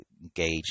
engage